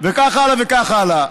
וכך הלאה וכך הלאה.